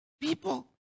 people